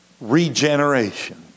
regeneration